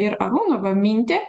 ir arūno va mintį